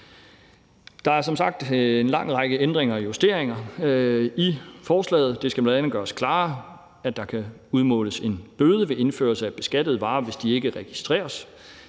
sagt en lang række ændringer og justeringer i forslaget. Det skal bl.a. gøres klarere, at der kan udmåles en bøde ved indførelse af beskattede varer, hvis de ikke registreres.